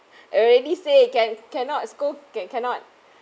already say can cannot scold can cannot